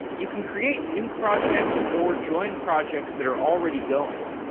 you can create new projects or join projects that are already going.